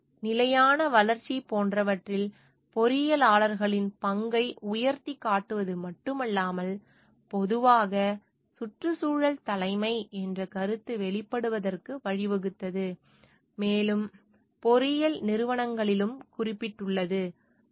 இது நிலையான வளர்ச்சி போன்றவற்றில் பொறியியலாளர்களின் பங்கை உயர்த்திக் காட்டுவது மட்டுமல்லாமல் பொதுவாக சுற்றுச்சூழல் தலைமை என்ற கருத்து வெளிப்படுவதற்கு வழிவகுத்தது மேலும் பொறியியல் நிறுவனங்களிலும் குறிப்பிட்டுள்ளது